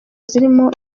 zirimo